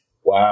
Wow